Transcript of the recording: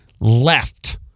left